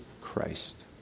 Christ